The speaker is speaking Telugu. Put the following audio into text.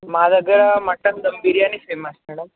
మా దగ్గర mutton dum biryani famous madam